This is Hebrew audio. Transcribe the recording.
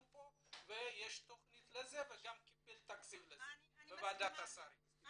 כאן ויש תכנית לכך וגם קיבל תקציב לזה בוועדת השרים.